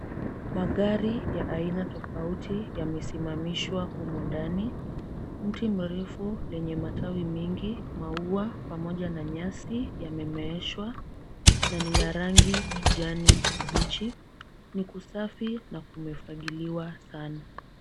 Magari ya aina tofauti yamesimamishwa humu ndani. Mti mrefu lenye matawi mingi, maua pamoja na nyasi yamemeeshwa na ni la rangi kijani kibichi. Ni kusafi na kumefagiliwa sana.